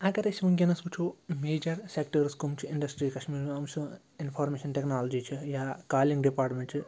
اگر أسۍ وٕنۍکٮ۪نَس وٕچھو میجَر سٮ۪کٹٲرٕس کَم چھِ اِنٛڈَسٹِرٛی کَشمیٖرس مںٛز اَتھ منٛز چھِ اِنفارمیشَن ٹٮ۪کنالجی چھِ یا کالِنٛگ ڈِپاٹمٮ۪نٛٹ چھِ